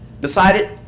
decided